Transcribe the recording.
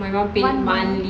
one month